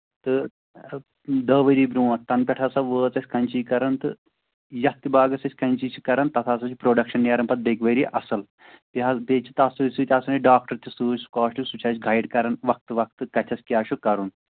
تہٕ دَہ ؤری برونٹھ تَنہٕ پٮ۪ٹھ ہسا وٲژ اَسہِ کَنچی کَران تہٕ یَتھ تہِ باغَس أسۍ کیٚنچی چھِ کران تَتھ ہسا چھِ پرٛوٚڈَکشَن نیران پَتہٕ بیٚکہِ ؤریہِ اَصٕل بیٚیہِ حظ بیٚیہِ چھِ تَتھ سۭتۍ سۭتۍ آسان یہِ ڈَاکٹَر تہِ سۭتۍ سٕکاسٹُک سُہ چھُ اَسہِ گایِڈ کران وقتہٕ وَقتہٕ کَتھٮ۪تھ کیٛاہ چھُ کَرُن